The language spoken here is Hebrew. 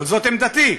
אבל זאת עמדתי,